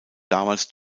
damals